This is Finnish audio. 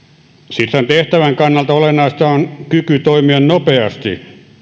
sitran tehtävän kannalta olennaista on kyky toimia nopeasti